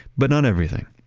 but not everything.